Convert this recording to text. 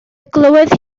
glywodd